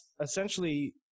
essentially